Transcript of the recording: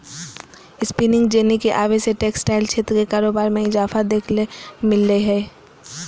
spinning jenny के आवे से टेक्सटाइल क्षेत्र के कारोबार मे इजाफा देखे ल मिल लय हें